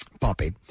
Poppy